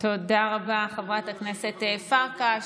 תודה רבה, חברת הכנסת פרקש.